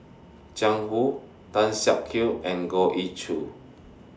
Jiang Hu Tan Siak Kew and Goh Ee Choo